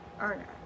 earner